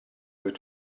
with